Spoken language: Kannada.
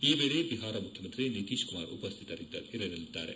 ಈ ವೇಳೆ ಬಿಹಾರ ಮುಖ್ಯಮಂತ್ರಿ ನಿತೀಶ್ ಕುಮಾರ್ ಉಪಸ್ಥಿತರಿರಲಿದ್ದಾರೆ